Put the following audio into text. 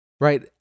right